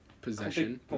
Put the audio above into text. possession